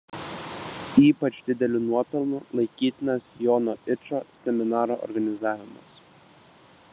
ypač dideliu nuopelnu laikytinas jono yčo seminaro organizavimas